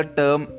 term